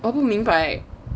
我不明白